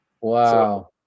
Wow